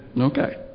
Okay